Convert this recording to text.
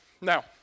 Now